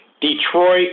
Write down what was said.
Detroit